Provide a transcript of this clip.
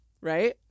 Right